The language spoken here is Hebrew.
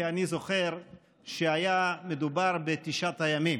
כי אני זוכר שהיה מדובר בתשעת הימים,